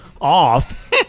off